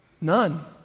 None